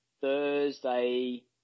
Thursday